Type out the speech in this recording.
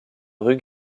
rue